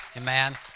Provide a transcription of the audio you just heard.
amen